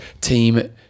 Team